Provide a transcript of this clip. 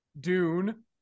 Dune